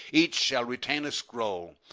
each shall retain a scroll,